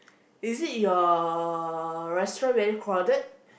is it your restaurant very crowded